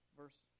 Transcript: verse